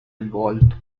involved